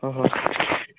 ꯍꯣꯏ ꯍꯣꯏ